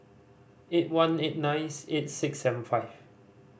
eight one eight nine eight six seven five